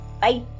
Bye